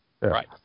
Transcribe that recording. right